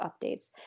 updates